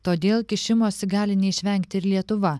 todėl kišimosi gali neišvengti ir lietuva